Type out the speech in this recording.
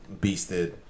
beasted